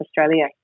Australia